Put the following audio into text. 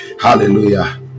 Hallelujah